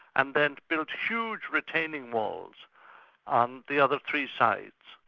and then build huge retaining walls um the other three sides.